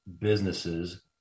businesses